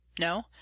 No